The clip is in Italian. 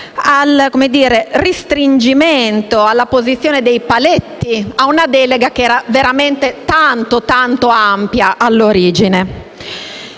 al "restringimento", all'apposizione di paletti ad una delega che era veramente tanto, tanto ampia all'origine.